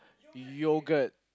yogurt